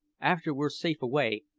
after we're safe away,